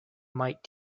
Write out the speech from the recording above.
might